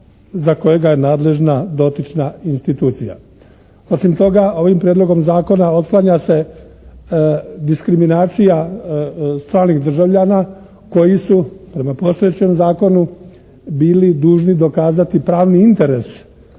za kojega je nadležna dotična institucija. Osim toga, ovim prijedlogom zakona otklanja se diskriminacija stranih državljana koji su prema postojećem zakonu bili dužni dokazati pravni interes